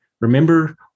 Remember